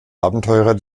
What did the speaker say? abenteurer